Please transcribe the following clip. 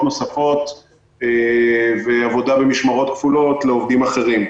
נוספות ועבודה במשמרות כפולות לעובדים אחרים.